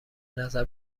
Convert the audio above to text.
نظر